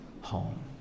home